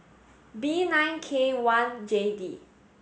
B nine K one J D